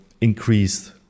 increased